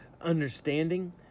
understanding